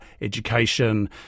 education